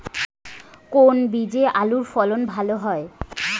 কোন বীজে আলুর ফলন ভালো হয়?